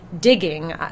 digging